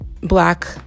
black